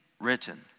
written